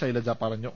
ശൈലജ പറഞ്ഞു